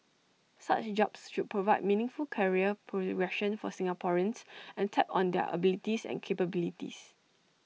such jobs should provide meaningful career progression for Singaporeans and tap on their abilities and capabilities